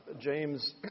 James